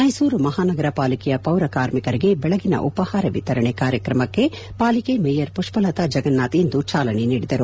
ಮೈಸೂರು ಮಹಾನಗರ ಪಾಲಿಕೆಯ ಪೌರ ಕಾರ್ಮಿಕರಿಗೆ ಬೆಳಗಿನ ಉಪಹಾರ ವಿತರಣೆ ಕಾರ್ಯಕ್ರಮಕ್ಕೆ ಪಾಲಿಕೆ ಮೇಯರ್ ಪುಷ್ವಲತಾ ಜಗನ್ನಾಥ್ ಇಂದು ಚಾಲನೆ ನೀಡಿದರು